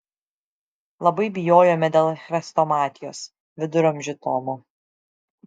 labai bijojome dėl chrestomatijos viduramžių tomo